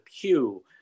pew